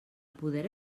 poder